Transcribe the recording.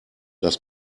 das